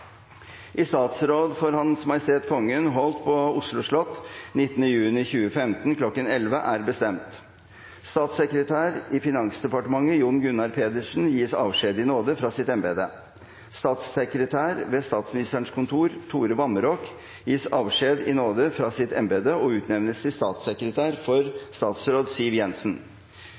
«I statsråd for H.M. Kongen holdt på Oslo slott 19. juni 2015 kl. 1100 er bestemt: Statssekretær i Finansdepartementet Jon Gunnar Pedersen gis avskjed i nåde fra sitt embete. Statssekretær ved Statsministerens kontor Tore Vamraak gis avskjed i nåde fra sitt embete og utnevnes til statssekretær for